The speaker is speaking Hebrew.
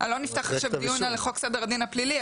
לא נפתח עכשיו דיון על חוק סדר הדין הפלילי,